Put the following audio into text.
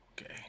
Okay